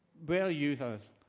braille users,